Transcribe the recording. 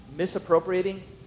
misappropriating